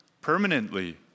permanently